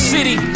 City